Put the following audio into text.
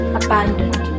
abandoned